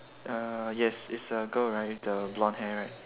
uh yes it's a girl right with the blonde hair right